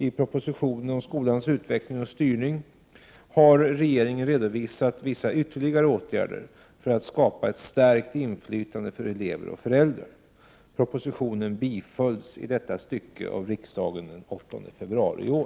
I propositionen om skolans utveckling och styrning har regeringen redovisat vissa ytterligare åtgärder för att skapa ett stärkt inflytande för elever och föräldrar. Propositionen bifölls i detta stycke av riksdagen den 8 februari i år.